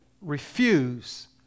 refuse